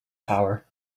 power